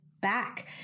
back